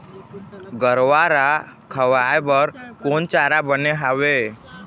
गरवा रा खवाए बर कोन चारा बने हावे?